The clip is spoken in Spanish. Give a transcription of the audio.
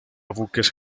buques